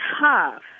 tough